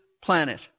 planet